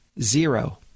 zero